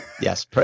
Yes